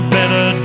better